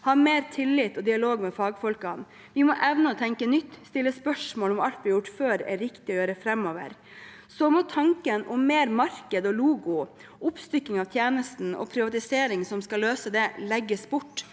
ha mer tillit til og dialog med fagfolkene. Vi må evne å tenke nytt, stille spørsmål ved om alt vi har gjort før, er riktig å gjøre framover. Så må tanken om at mer marked og logo, oppstykking av tjenesten og privatisering skal løse det, legges bort.